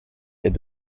est